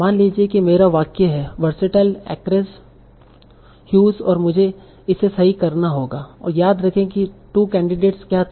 मान लीजिए कि मेरा वाक्य है वरसेटाइल एक्रेस हूज और मुझे इसे सही करना होगा ओर याद रखे की 2 कैंडिडेट्स क्या थे